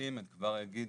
אני אגיד